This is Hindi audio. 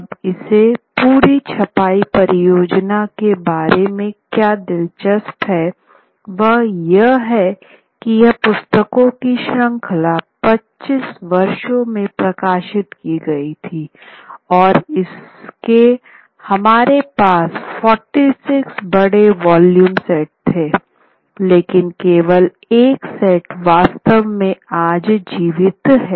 अब इस पूरी छपाई परियोजना के बारे में क्या दिलचस्प है वह यह है कि यह पुस्तकों की श्रृंखला 25 वर्षों में प्रकाशित की गई थीं और इसके हमारे पास 46 बड़े वॉल्यूम सेट थेलेकिन केवल एक सेट वास्तव में आज जीवित है